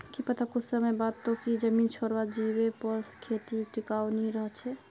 की पता कुछ समय बाद तोक ई जमीन छोडे जीवा पोरे तब खेती टिकाऊ नी रह छे